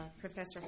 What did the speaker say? Professor